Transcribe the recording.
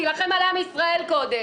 תילחם על עם ישראל קודם.